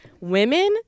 women